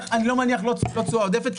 לא תשואה עודפת,